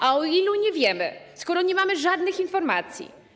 A o ilu nie wiemy, skoro nie mamy żadnych informacji?